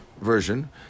version